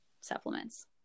supplements